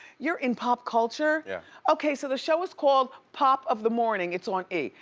you're in pop culture? yeah. okay, so the show is called pop of the morning it's on e.